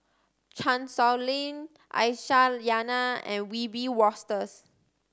Chan Sow Lin Aisyah Lyana and Wiebe Wolters